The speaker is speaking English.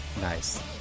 Nice